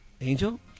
Angel